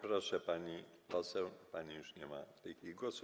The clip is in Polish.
Proszę, pani poseł, pani już nie ma w tej chwili głosu.